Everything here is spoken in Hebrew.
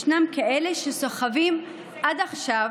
ישנם כאלה שסוחבים עד עכשיו